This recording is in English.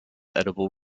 edible